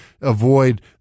avoid